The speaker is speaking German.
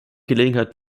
gelegenheit